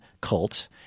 cult